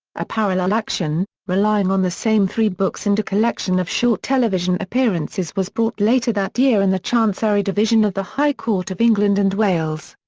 a parallel action, relying on the same three books and a collection of short television appearances was brought later that year in the chancery division of the high court of england and wales.